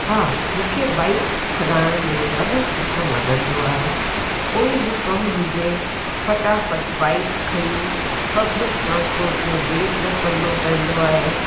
हा मूंखे बाइक हलाइण में ॾाढो सुठो लॻंदो आहे कोई बि कम हुजे फ़टाफ़ट बाइक खंई पब्लिक ट्रांसपोर्ट जो वेट न करिणो पवंदो आहे